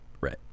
Right